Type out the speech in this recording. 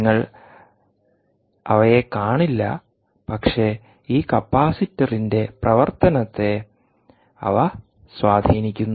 നിങ്ങൾ അവയെ കാണില്ല പക്ഷേ ഈ കപ്പാസിറ്ററിന്റെ പ്രവർത്തനത്തെ അവ സ്വാധീനിക്കുന്നു